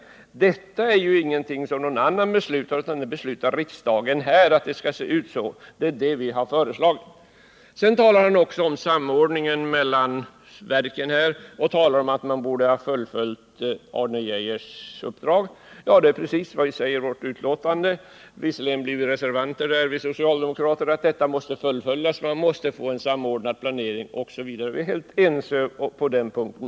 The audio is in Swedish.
Men detta är ingenting som någon annan beslutar om, utan det är riksdagen som i dag beslutar om det här verket och om det skall se ut så som vi har föreslagit. Slutligen talar Gillis Augustsson också om samordningen mellan de olika verken och om att regeringen borde ha fullföljt intentionerna i Arne Geijers utredning. Också det är precis vad vi säger i betänkandet. Vi socialdemokrater har visserligen fört fram dessa tankar såsom reservanter, men vi har slagit fast att detta måste fullföljas, att man måste få till stånd en samordnad planering, osv. Vi är alltså helt ense också på den punkten.